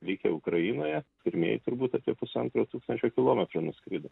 likę ukrainoje pirmieji turbūt apie pusantro tūkstančio kilometrų nuskrido